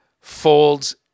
folds